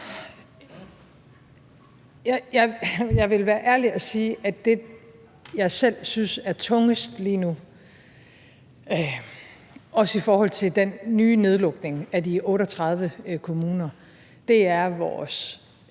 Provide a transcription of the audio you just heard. Jeg vil være ærlig og sige, at det, jeg selv synes er tungest lige nu – det er også i forhold til den nye nedlukning af de 38 kommuner – er vores